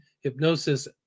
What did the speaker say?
hypnosis